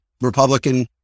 Republican